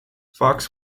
fox